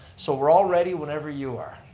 so we're all ready whenever you are.